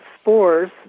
spores